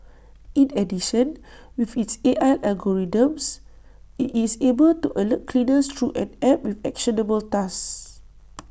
in addition with its A I algorithms IT is able to alert cleaners through an app with actionable tasks